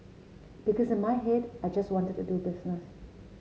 because in my head I just wanted to do business